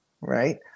right